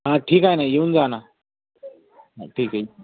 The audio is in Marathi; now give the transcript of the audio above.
हां ठीक आहे ना येऊन जा ना ठीक आहे